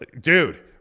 dude